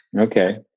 okay